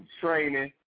training